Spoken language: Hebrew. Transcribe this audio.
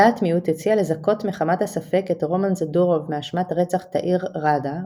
בדעת מיעוט הציע לזכות מחמת הספק את רומן זדורוב מאשמת רצח תאיר ראדה,